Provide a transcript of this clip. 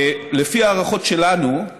לפי ההערכות שלנו,